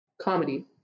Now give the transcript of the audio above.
comedy